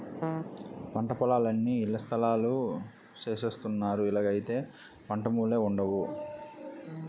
పంటపొలాలన్నీ ఇళ్లస్థలాలు సేసస్తన్నారు ఇలాగైతే పంటభూములే వుండవు